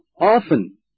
often